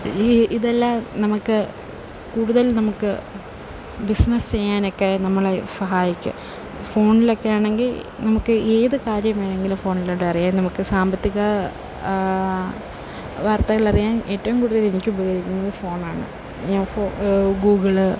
ഈ ഇതെല്ലാം നമുക്ക് കൂടുതൽ നമുക്ക് ബിസിനെസ്സ് ചെയ്യാനൊക്കെ നമ്മളെ സഹായിക്കും ഫോണിലൊക്കെ ആണെങ്കിൽ നമുക്ക് ഏത് കാര്യം വേണമെങ്കിലും ഫോണിലൂടെ അറിയാം നമുക്ക് സാമ്പത്തിക വർത്തകൾ അറിയാൻ ഏറ്റവും കൂടുതൽ എനിക്ക് ഉപയോഗിക്കുന്നത് ഫോണാണ് ഫോ ഗൂഗിള്